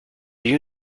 you